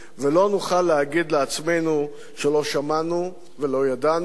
ולא נוכל להגיד לעצמנו שלא שמענו ולא ידענו.